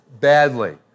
badly